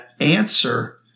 answer